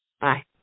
Bye